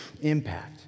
impact